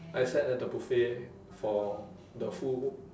I sat at the buffet for the full